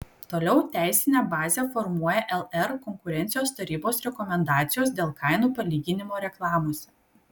toliau teisinę bazę formuoja lr konkurencijos tarybos rekomendacijos dėl kainų palyginimo reklamose